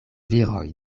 viroj